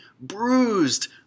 bruised